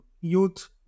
youth